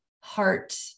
heart